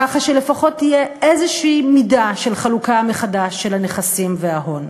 כך שלפחות תהיה איזושהי מידה של חלוקה מחדש של הנכסים וההון.